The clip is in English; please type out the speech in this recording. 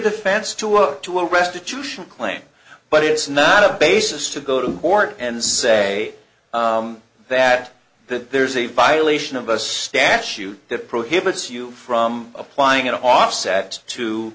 defense to up to a restitution claim but it's not a basis to go to court and say that that there's a violation of a statute that prohibits you from applying an offset to